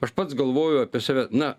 aš pats galvoju apie save na